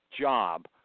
job